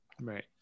Right